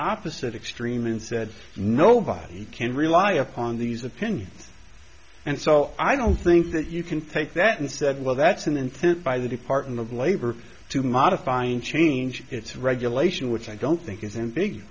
opposite extreme and said nobody can rely upon these opinions and so i don't think that you can take that and said well that's an intent by the department of labor to modifying change its regulation which i don't think is